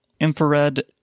infrared